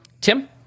Tim